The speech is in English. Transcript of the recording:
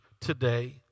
today